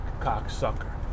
cocksucker